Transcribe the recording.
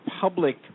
public